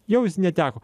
jau jis neteko